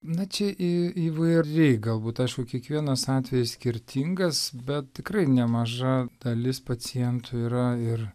na čia i įvairiai galbūt aišku kiekvienas atvejis skirtingas bet tikrai nemaža dalis pacientų yra ir